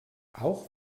auch